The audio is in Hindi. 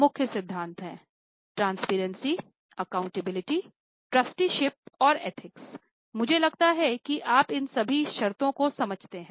मुझे लगता है कि आप इन सभी शर्तों को समझते हैं